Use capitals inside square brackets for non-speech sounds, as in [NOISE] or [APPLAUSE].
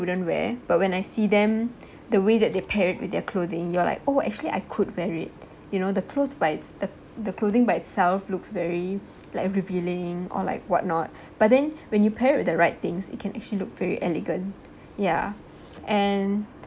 wouldn't wear but when I see them the way that they're paired with their clothing you are like oh actually I could wear it you know the clothes by its~ the the clothing by itself looks very like [BREATH] revealing or like what not but then when you pair it with the right things it can actually look very elegant ya and